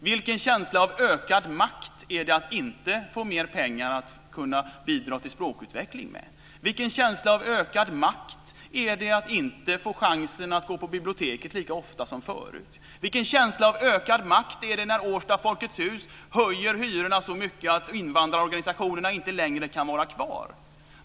Vilken känsla av ökad makt är det att inte få mer pengar att kunna bidra till språkutveckling med? Vilken känsla av ökad makt är det att inte få chansen att gå på biblioteket lika ofta som förut? Vilken känsla av ökad makt är det när Folkets hus i Årsta höjer hyrorna så mycket att invandrarorganisationerna inte längre kan vara kvar?